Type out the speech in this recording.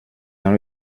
dans